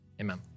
Amen